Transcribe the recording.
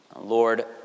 Lord